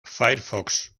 firefox